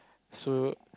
so